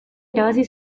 irabazi